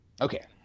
okay